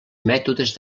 mètodes